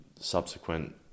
subsequent